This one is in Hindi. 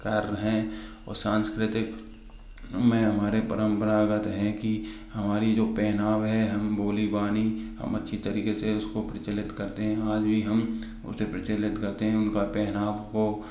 कर्म हैं और सांस्कृतिक में हमारे परम्परागत हैं कि हमारी जो पहनावा है हम बोली वाणी हम अच्छी तरीके से उसको प्रचलित करते हैं आज भी हम उसे प्रचलित करते हैं उनका पहनावा हो